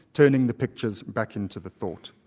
turning the pictures back into the thought.